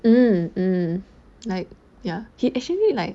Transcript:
mm mm like ya he actually like